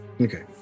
Okay